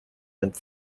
and